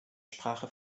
sprache